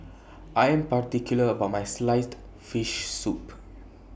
I Am particular about My Sliced Fish Soup